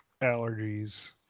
allergies